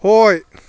ꯍꯣꯏ